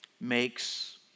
makes